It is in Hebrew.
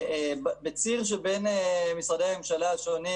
בציר שבין משרדי הממשלה השונים,